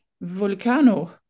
volcano